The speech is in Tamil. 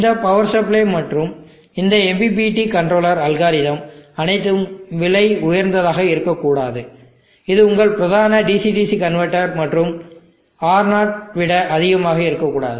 இந்த பவர் சப்ளை மற்றும் இந்த MPPT கண்ட்ரோலர் அல்காரிதம் அனைத்தும் விலை உயர்ந்ததாக இருக்கக்கூடாது இது உங்கள் பிரதான DC DC கன்வெர்ட்டர் மற்றும் R0 விட அதிகமாக இருக்கக்கூடாது